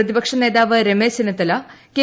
പ്രതിപക്ഷ നേതാവ് രമേശ് ചെന്നിത്തല കെ